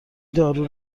دارو